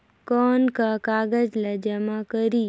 कौन का कागज ला जमा करी?